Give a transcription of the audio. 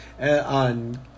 on